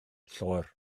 lloer